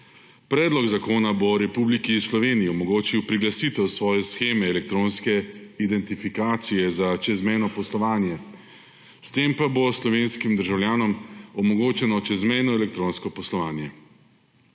Predlog zakona bo Republiki Sloveniji omogočil priglasitev svoje sheme elektronske identifikacije za čezmejno poslovanje, s tem pa bo slovenskim državljanom omogočeno čezmejno elektronsko poslovanje.